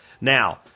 Now